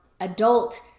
adult